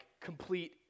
complete